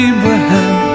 Abraham